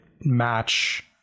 match